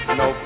no